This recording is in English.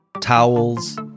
towels